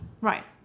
Right